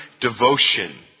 devotion